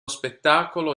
spettacolo